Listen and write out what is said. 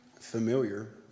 familiar